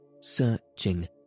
searching